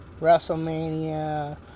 WrestleMania